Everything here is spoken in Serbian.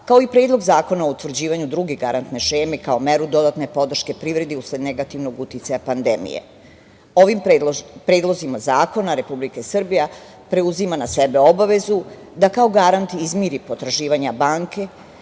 kao i Predlog zakona o utvrđivanju druge garantne šeme kao meru dodatne podrške privredi usled negativnog uticaja pandemije. Ovim predlozima zakona Republika Srbija preuzima na sebe obavezu da kao garant izmiri potraživanja banke